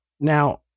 Now